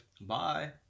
Bye